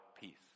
peace